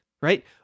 right